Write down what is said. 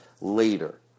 later